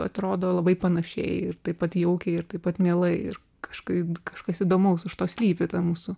atrodo labai panašiai ir taip pat jaukiai ir taip pat mielai ir kažkaip kažkas įdomaus už to slypi tą mūsų